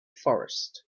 forest